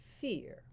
fear